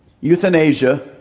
Euthanasia